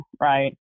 right